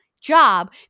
job